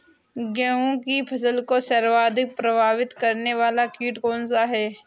गेहूँ की फसल को सर्वाधिक प्रभावित करने वाला कीट कौनसा है?